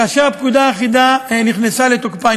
כאשר הפקודה האחידה נכנסה לתוקפה,